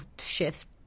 shift